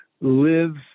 live